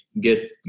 get